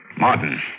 Martin